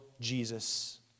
Jesus